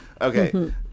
Okay